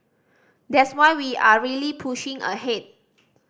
that's why we are really pushing ahead